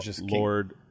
lord